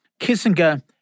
Kissinger